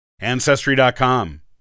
Ancestry.com